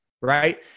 right